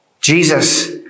Jesus